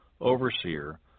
overseer